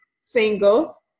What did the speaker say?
single